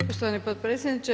Poštovani potpredsjedniče.